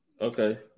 Okay